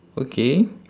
okay